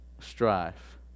strife